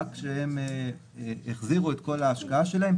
רק כשהם החזירו את כל ההשקעה שלהם,